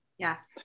Yes